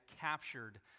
captured